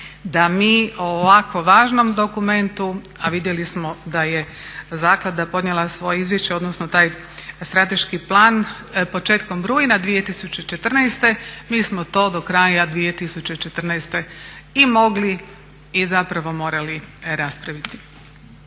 da mi o ovako važnom dokumentu, a vidjeli smo da je zaklada podnijela svoje izvješće, odnosno taj strateški plan početkom rujna 2014. Mi smo to do kraja 2014. i mogli i zapravo morali raspraviti.